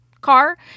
car